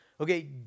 Okay